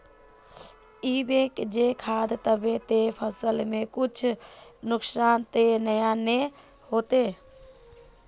इ सब जे खाद दबे ते फसल में कुछ नुकसान ते नय ने होते